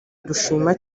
dushima